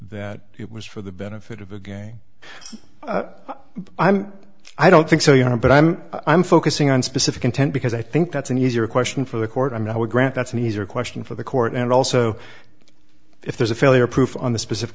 that it was for the benefit of again i'm i don't think so you know but i'm i'm focusing on specific intent because i think that's an easier question for the court i mean i would grant that's an easier question for the court and also if there's a failure proof on the specific